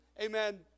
amen